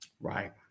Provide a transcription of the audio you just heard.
right